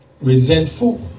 Resentful